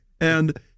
And-